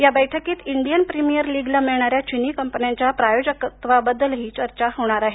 या बैठकीत Indian Premier लीगला मिळणाऱ्या चीनी कंपन्यांच्या प्रायोजकत्वाबद्दलही चर्चा होणार आहे